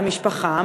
המשפחה.